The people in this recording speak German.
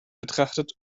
betrachtet